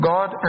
God